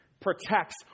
protects